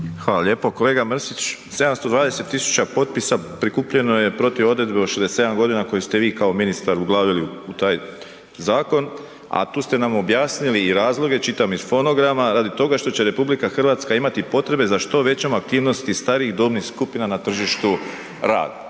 Hvala lijepo. Kolega Mrsić. 720 tisuća potpisa prikupljeno je protiv odredbe o 67 godina koji ste vi kao ministar uglavili u taj zakon, a tu ste nam objasnili i razloge, čitam iz fonograma, radi toga što će RH imati potrebe za što većom aktivnosti starijih dobnih skupina na tržištu rada.